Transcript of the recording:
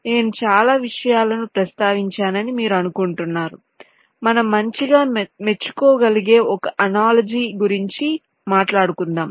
నేను చాలా విషయాలను ప్రస్తావించానని మీరు అనుకుంటున్నారు మనం మంచిగా మెచ్చుకోగలిగే ఒక అనాలోజి గురించి మాట్లాడుకుందాం